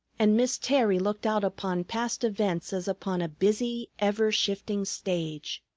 and miss terry looked out upon past events as upon a busy, ever-shifting stage.